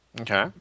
Okay